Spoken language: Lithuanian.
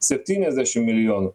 septyniasdešim milijonų